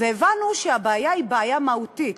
והבנו שהבעיה היא בעיה מהותית.